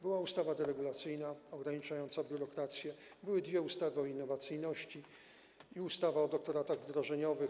Była ustawa deregulacyjna ograniczająca biurokrację, były dwie ustawy o innowacyjności i ustawa o doktoratach wdrożeniowych.